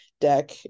deck